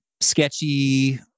sketchy